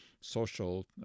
social